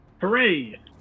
Hooray